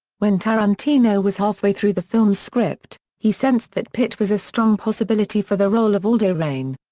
when tarantino was halfway through the film's script, he sensed that pitt was a strong possibility for the role of aldo raine.